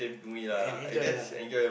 and enjoy lah